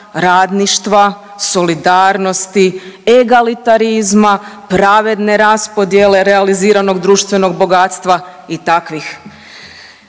radništva, solidarnosti, egalitarizma, pravedne raspodjele realiziranog društvenog bogatstva i takvih